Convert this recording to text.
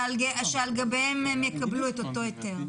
שעל גביהם הם יקבלו את אותו היתר.